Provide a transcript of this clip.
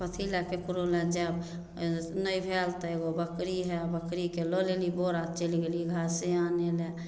कथी लए केकरो लग जायब नहि भैल तऽ एगो बकरी है बकरीके लऽ लेली बोरा आ चल गेली घास आनय लए